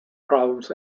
problems